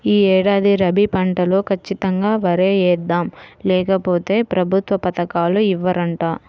యీ ఏడాది రబీ పంటలో ఖచ్చితంగా వరే యేద్దాం, లేకపోతె ప్రభుత్వ పథకాలు ఇవ్వరంట